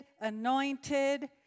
anointed